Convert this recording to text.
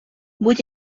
будь